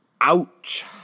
Ouch